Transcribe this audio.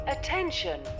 Attention